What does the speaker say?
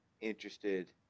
interested